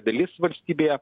dalis valstybėje